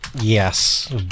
yes